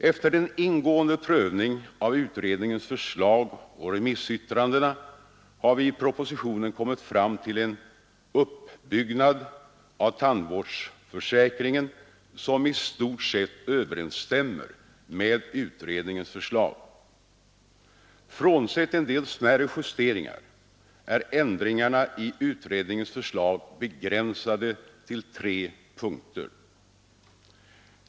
Efter en ingående prövning av utredningens förslag och remissyttrandena har vi i propositionen kommit fram till en uppbyggnad av tandvårdsförsäkringen som i stort sett överensstämmer med utredningens förslag. Frånsett en del smärre justeringar är ändringarna i utredningens förslag begränsade till tre punkter.